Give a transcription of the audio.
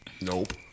Nope